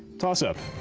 toss-up.